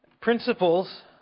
principles